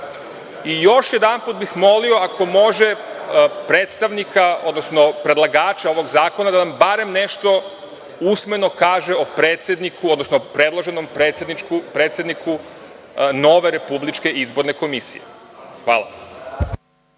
Još jedanput bih molio, ako može, predstavnika, odnosno predlagača ovog zakona da nam barem nešto usmeno kaže o predsedniku odnosno predloženom predsedniku Republičke izborne komisije. Hvala.